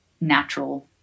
natural